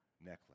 necklace